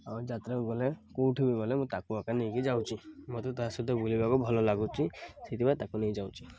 ଆଉ ଯାତ୍ରା ବି ଗଲେ କେଉଁଠି ବି ଗଲେ ମୁଁ ତାକୁ ଏକା ନେଇକି ଯାଉଛି ମୋତେ ତା' ସହିତ ବୁଲିବାକୁ ଭଲ ଲାଗୁଛି ସେଇଥିପାଇଁ ତାକୁ ନେଇ ଯାଉଛି